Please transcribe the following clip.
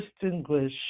distinguish